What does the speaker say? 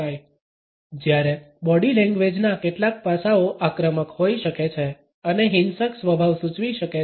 1524 જ્યારે બોડી લેંગ્વેજના કેટલાક પાસાઓ આક્રમક હોઈ શકે છે અને હિંસક સ્વભાવ સૂચવી શકે છે